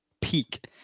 peak